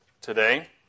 today